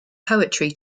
poetry